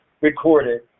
recorded